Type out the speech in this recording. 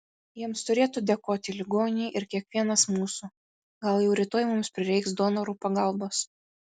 jiems turėtų dėkoti ligoniai ir kiekvienas mūsų gal jau rytoj mums prireiks donorų pagalbos